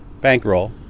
bankroll